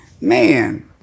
Man